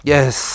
Yes